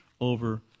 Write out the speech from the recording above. over